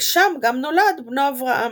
ושם גם נולד בנו אברהם.